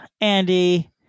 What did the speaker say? Andy